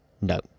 no